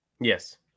Yes